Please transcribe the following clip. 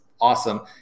awesome